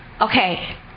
okay